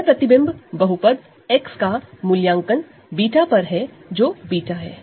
यहां image polynomial X का मूल्यांकन β पर है जो कि β है